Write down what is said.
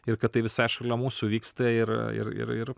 ir kad tai visai šalia mūsų vyksta ir ir ir ir